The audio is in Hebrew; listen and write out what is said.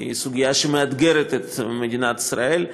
סוגיה שמאתגרת את מדינת ישראל.